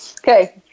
Okay